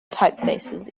typefaces